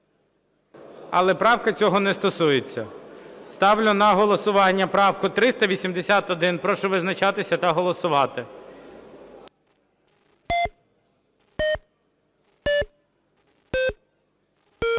Але правка цього не стосується. Ставлю на голосування правку 381. Прошу визначатися та голосувати.